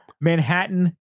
Manhattan